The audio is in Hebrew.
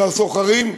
זה הסוחרים,